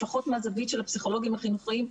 לפחות מהזווית של הפסיכולוגים החינוכיים,